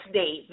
day